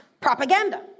propaganda